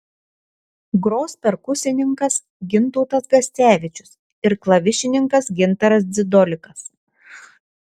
gros perkusininkas gintautas gascevičius ir klavišininkas gintaras dzidolikas